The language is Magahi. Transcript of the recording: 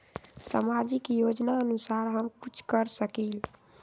सामाजिक योजनानुसार हम कुछ कर सकील?